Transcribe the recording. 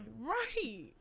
right